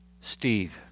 Steve